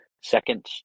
second